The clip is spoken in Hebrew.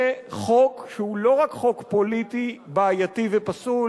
זה חוק שהוא לא רק חוק פוליטי בעייתי ופסול,